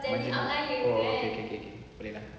as in oh okay okay okay boleh lah